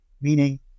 meaning